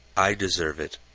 i deserve it!